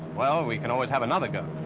well, we can always have another go.